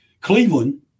Cleveland